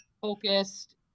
focused